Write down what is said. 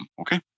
okay